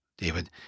David